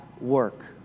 work